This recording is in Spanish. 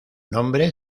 nombre